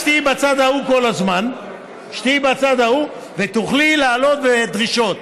תהיי בצד ההוא כל הזמן ותוכלי להעלות דרישות,